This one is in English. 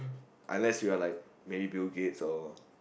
unless you are like maybe Bill-Gates or